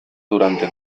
durante